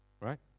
right